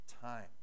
time